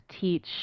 teach